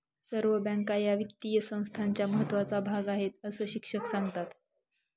सर्व बँका या वित्तीय संस्थांचा महत्त्वाचा भाग आहेत, अस शिक्षक सांगतात